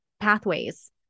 pathways